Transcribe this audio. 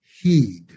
heed